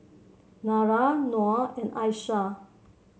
Dara Noh and Aisyah